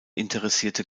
interessierte